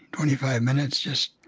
twenty five minutes, just